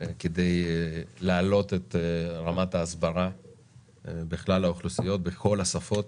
כדי להעלות את רמת ההסברה בכלל האוכלוסיות בכל השפות,